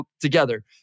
together